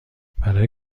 برای